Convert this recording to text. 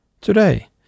Today